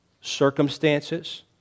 Circumstances